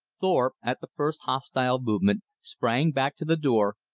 thorpe, at the first hostile movement, sprang back to the door,